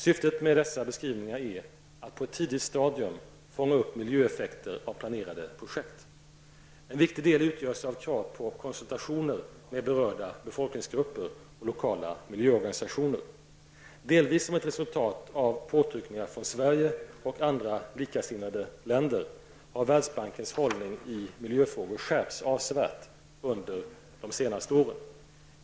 Syftet med dessa beskrivningar är att på ett tidigt stadium fånga upp miljöeffekter av planerade projekt. En viktig del utgörs av krav på konsultationer med berörda befolkningsgrupper och lokala miljöorganisationer. Delvis som ett resultat av påtryckningar från Sverige och andra likasinnade länder har Världsbankens hållning i miljöfrågor skärpts avsevärt under de senaste åren.